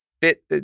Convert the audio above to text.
fit